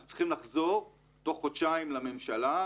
אנחנו צריכים לחזור תוך חודשיים לממשלה,